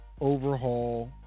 Overhaul